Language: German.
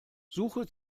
suche